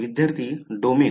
विद्यार्थी डोमेन